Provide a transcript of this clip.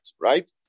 Right